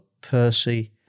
Percy